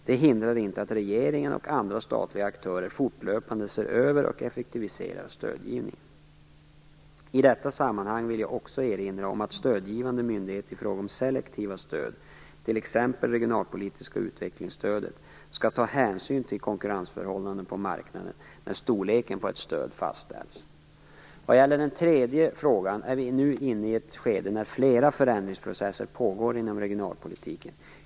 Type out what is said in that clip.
Det hindrar inte att regeringen och andra statliga aktörer fortlöpande ser över och effektiviserar stödgivningen. I detta sammanhang vill jag också erinra om att stödgivande myndighet i fråga om selektiva stöd, t.ex. det regionalpolitiska utvecklingsstödet, skall ta hänsyn till konkurrensförhållandena på marknaden när storleken på ett stöd fastställs. Vad gäller den tredje frågan är vi nu inne i ett skede när flera förändringsprocesser pågår inom regionalpolitiken.